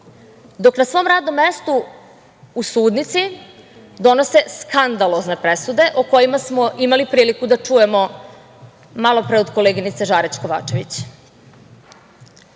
dok na svom radnom mestu, u sudnici, donose skandalozne presude, o kojima smo imali priliku da čujemo, malopre od koleginice Žarić Kovačević. Na